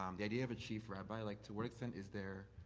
um the idea of a chief rabbi. like to what extent is there,